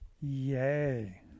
Yay